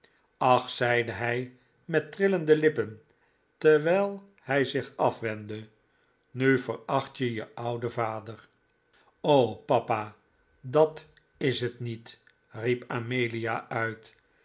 ach zeide hij met trillende lippen terwijl hij zich afwendde nu veracht je je ouden vader papa dat is het niet riep amelia uit